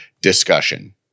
discussion